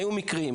היו מקרים,